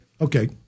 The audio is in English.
Okay